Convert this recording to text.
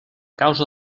causa